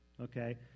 Okay